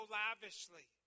lavishly